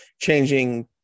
changing